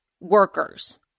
workers